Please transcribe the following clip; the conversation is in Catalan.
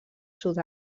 sud